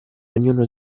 ognuno